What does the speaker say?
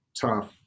tough